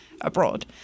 abroad